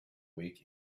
week